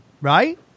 right